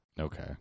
Okay